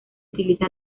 utiliza